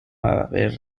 haber